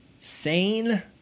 sane